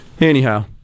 anyhow